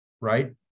right